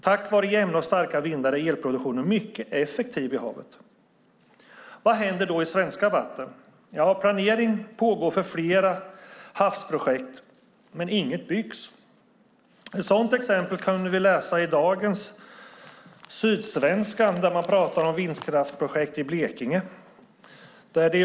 Tack vare jämna och starka vindar är elproduktionen i havet mycket effektiv. Vad händer då i svenska vatten? Ja, planering för flera havsprojekt pågår, men inget byggs. Ett sådant exempel kunde vi läsa om i dagens Sydsvenskan, där man pratar om vindkraftsprojekt i Blekinge.